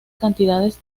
cantidades